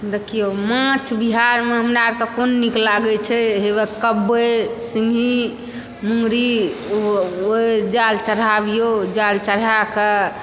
देखिऔ माछ बिहारमे हमरा अरके कोन नीक लागैत छै हेबऽ कबै सिंघी मुङ्गरी ओ ओ जाल चढ़ाबियौ जाल चढ़ैकऽ